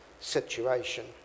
situation